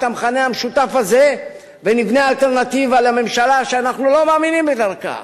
את המכנה המשותף הזה ונבנה אלטרנטיבה לממשלה שאנחנו לא מאמינים בדרכה.